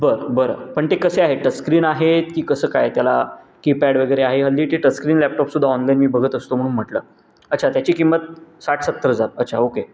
बरं बरं पण ते कसे आहेत टच स्क्रीन आहेत की कसं काय त्याला कीपॅड वगैरे आहे हल्ली ते टच स्क्रीन लॅपटॉपसुद्धा ऑनलाईन मी बघत असतो म्हणून म्हटलं अच्छा त्याची किंमत साठ सत्तर हजार अच्छा ओके